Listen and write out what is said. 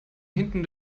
hinten